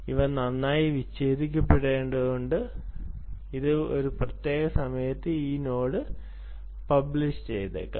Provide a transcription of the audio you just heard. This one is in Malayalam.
അവ നന്നായി വിച്ഛേദിക്കപ്പെട്ടിട്ടുണ്ട് ഇത് ഒരു പ്രത്യേക സമയത്ത് ഈ നോഡ് പ്രസിദ്ധീകരിച്ചേക്കാം